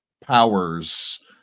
powers